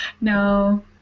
No